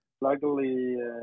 luckily